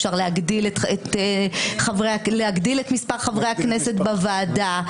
אפשר להגדיל את מספר חברי הכנסת בוועדה,